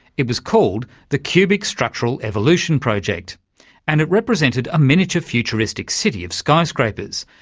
it was called the cubic structural evolution project and it represented a miniature futuristic city of skyscrapers,